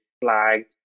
flag